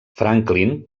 franklin